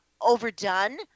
overdone